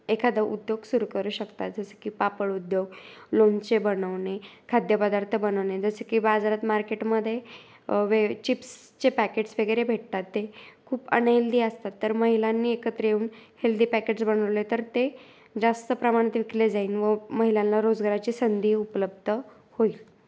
एखादा उद्योग सुरू करू शकतात जसं की पापड उद्योग लोणचे बनवणे खाद्यपदार्थ बनवणे जसे की बाजारात मार्केटमध्ये वे चिप्सचे पॅकेट्स वगैरे भेटतात ते खूप अनहेल्दी असतात तर महिलांनी एकत्र येऊन हेल्दी पॅकेट्स बनवले तर ते जास्त प्रमाणात विकले जाईल व महिलांला रोजगाराची संधी उपलब्ध होइल